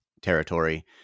territory